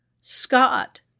Scott